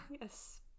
yes